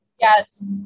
Yes